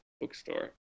bookstore